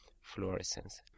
fluorescence